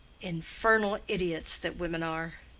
infernal idiots that women are!